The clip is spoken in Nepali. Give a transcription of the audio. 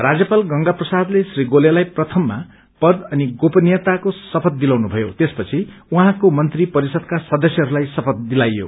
राज्यपाल गंगाप्रसादले श्री गोलेलाई प्रथममा पद अनि गोपनीयताको शपथ दिलाउनुभयो यसपछि उहाँको मन्त्री परिषदका सदस्यहस्लाई शपथ दिलाइयो